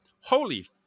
Holy